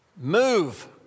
move